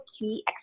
key